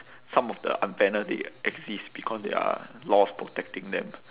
some of the unfairness they exist because there are laws protecting them